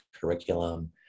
curriculum